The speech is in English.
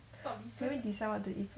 can we decide what to eat